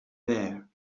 there